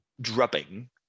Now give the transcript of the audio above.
Drubbing